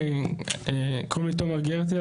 קוראים לי תומר גרטל,